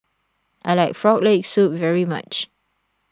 I like Frog Leg Soup very much